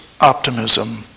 optimism